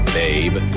babe